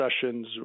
sessions